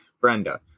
Brenda